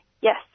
Yes